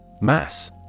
Mass